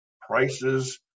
prices